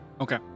Okay